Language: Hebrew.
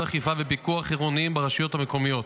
אכיפה ופיקוח עירוניים ברשויות המקומיות.